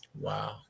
Wow